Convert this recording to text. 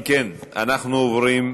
אם כן, אנחנו עוברים,